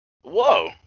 Whoa